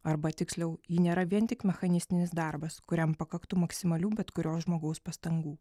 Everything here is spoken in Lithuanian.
arba tiksliau ji nėra vien tik mechanistinis darbas kuriam pakaktų maksimalių bet kurio žmogaus pastangų